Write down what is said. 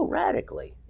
radically